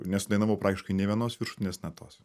nesudainavau praktiškai nė vienos viršutinės natos